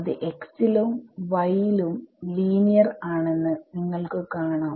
അത് x ലും y ലും ലീനിയർ ആണെന്ന് നിങ്ങൾക്ക് കാണാം